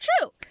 true